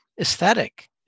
aesthetic